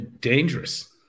dangerous